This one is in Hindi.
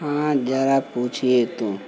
हाँ जरा पूछिए तो